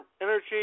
Energy